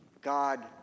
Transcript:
God